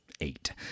eight